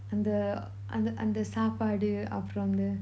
அந்த அந்த அந்த சாப்பாடு அப்புறம் அந்த:antha antha antha saapadu apram antha